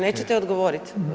Nećete odgovoriti?